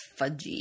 fudgy